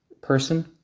person